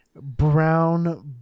brown